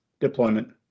deployment